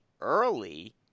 early